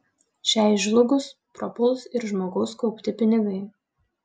šiai žlugus prapuls ir žmogaus kaupti pinigai